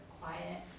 quiet